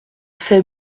fait